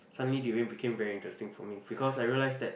suddenly durian became very interesting for me because I realise that